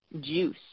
juice